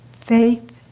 faith